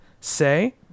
Say